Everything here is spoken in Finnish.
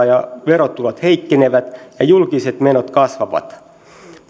ja verotulot heikkenevät ja julkiset menot kasvavat